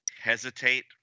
hesitate